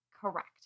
Correct